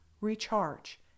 recharge